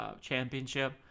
championship